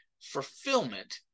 fulfillment